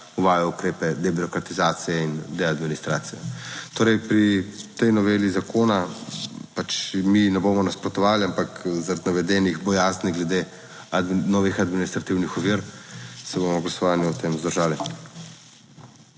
uvajajo ukrepe debirokratizacije in deadministracije. Torej, pri tej noveli zakona pač mi ne bomo nasprotovali, ampak zaradi navedenih bojazni glede novih administrativnih ovir se bomo glasovanja o tem vzdržali.